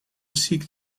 seek